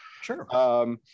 Sure